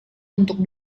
untuk